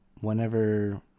whenever